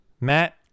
Matt